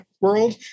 world